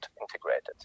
integrated